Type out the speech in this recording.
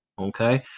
Okay